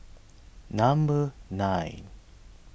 number nine